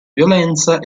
violenza